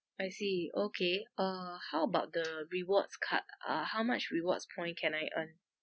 I see okay uh how about the rewards card uh how much rewards point can I earn